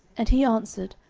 and he answered,